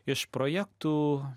iš projektų